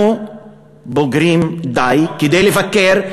אנחנו בוגרים די כדי לבקר,